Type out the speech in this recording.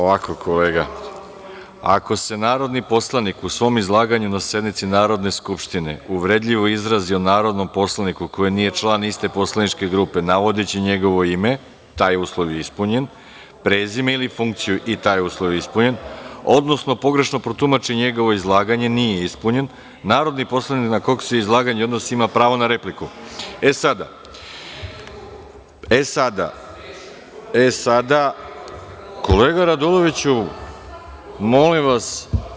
Ovako kolega – ako se narodni poslanik u svom izlaganju na sednici Narodne skupštine uvredljivo izrazi o narodnom poslaniku koji nije član iste poslanike grupe, navodeći njegovo ime, taj uslov je ispunjen, prezime ili funkciju, i taj uslov je ispunjen, odnosno pogrešno protumači njegovo izlaganje, nije ispunjen, narodni poslanik na koga se izlaganje odnosi ima pravo na repliku. (Saša Radulović, s mesta: Rekao je da je smešan.) Kolega Raduloviću, molim vas.